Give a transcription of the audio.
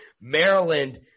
Maryland